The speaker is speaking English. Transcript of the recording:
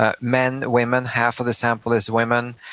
ah men, women, half of the sample is women,